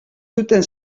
zuten